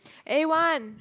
A one